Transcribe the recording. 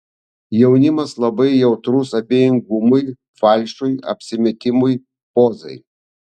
jaunimas labai jautrus abejingumui falšui apsimetimui pozai